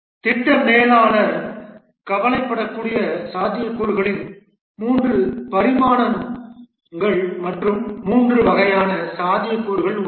திட்ட மேலாளர் கவலைப்படக்கூடிய சாத்தியக்கூறுகளின் 3 பரிமாணங்கள் அல்லது 3 வகையான சாத்தியக்கூறுகள் உள்ளன